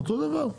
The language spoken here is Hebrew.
אותו הדבר.